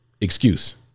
Excuse